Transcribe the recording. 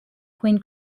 queen